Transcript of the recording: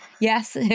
Yes